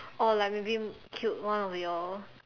or like maybe killed one will be your